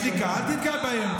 עזוב, עשיתי בדיקה, אל תפגע בהם.